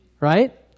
right